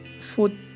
food